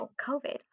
COVID